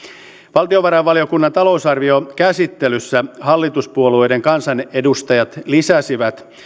valtiovarainvaliokunnan talousarviokäsittelyssä hallituspuolueiden kansanedustajat lisäsivät